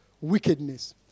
wickedness